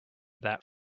that